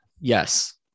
Yes